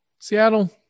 Seattle